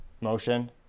motion